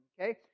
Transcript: okay